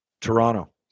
Toronto